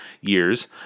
years